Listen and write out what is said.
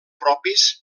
propis